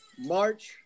March